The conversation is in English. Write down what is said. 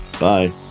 bye